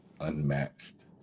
unmatched